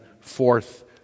forth